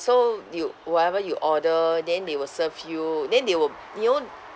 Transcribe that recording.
so you whatever you order then they will serve you then they will you know